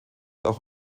auch